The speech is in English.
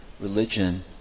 religion